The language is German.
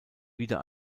wieder